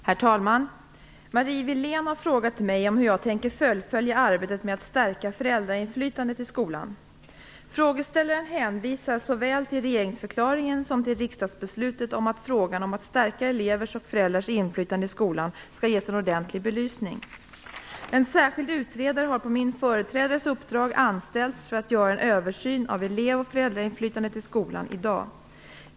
Herr talman! Marie Wilén har frågat mig hur jag tänker fullfölja arbetet med att stärka föräldrainflytandet i skolan. Frågeställaren hänvisar såväl till regeringsförklaringen som till riksdagsbeslutet om att frågan om att stärka elevers och föräldrars inflytande i skolan skall ges en ordentlig belysning. En särskild utredare har på min företrädares uppdrag anställts för att göra en översyn av elev och föräldrainflytandet i skolan i dag.